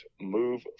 move